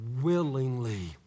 willingly